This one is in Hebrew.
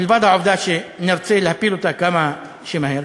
מלבד העובדה שנרצה להפיל אותה כמה שיותר מהר,